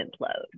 implode